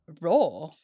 raw